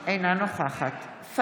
אינה נוכחת לימור מגן תלם,